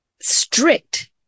strict